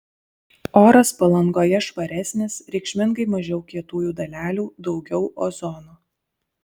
oras palangoje švaresnis reikšmingai mažiau kietųjų dalelių daugiau ozono